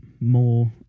more